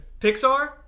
Pixar